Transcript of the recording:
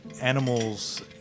animals